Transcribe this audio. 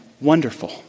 wonderful